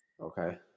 Okay